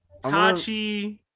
Tachi